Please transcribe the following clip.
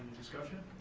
discussion?